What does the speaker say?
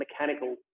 mechanical